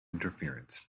interference